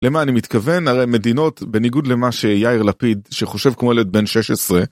למה אני מתכוון? הרי מדינות, בניגוד למה שיאיר לפיד, שחושב כמו ילד בן 16...